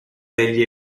degli